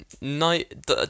night